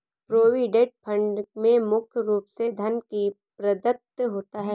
provident fund में मुख्य रूप से धन ही प्रदत्त होता है